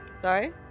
Sorry